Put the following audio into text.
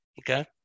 okay